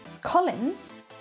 Collins